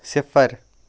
صِفر